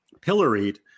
pilloried